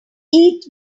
eat